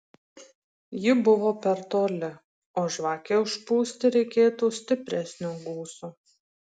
ji buvo per toli o žvakei užpūsti reikėtų stipresnio gūsio